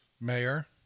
mayor